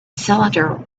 cylinder